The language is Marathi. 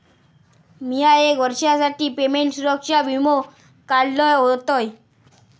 मिया एक वर्षासाठी पेमेंट सुरक्षा वीमो काढलय होतय